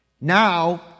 Now